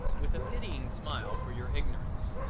with a pitying smile for your ignorance.